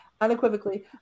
unequivocally